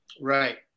Right